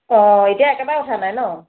অঁ এতিয়া একেবাৰে উঠা নাই ন